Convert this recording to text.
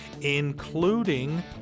including